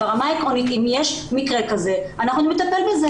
ברמה העקרונית אם יש מקרה כזה אנחנו נטפל בזה,